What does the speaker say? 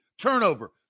turnover